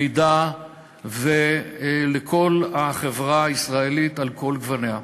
מידע לכל החברה הישראלית על כל גווניה.